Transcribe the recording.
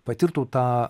patirtų tą